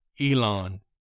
Elon